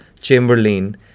Chamberlain